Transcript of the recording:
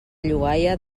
llogaia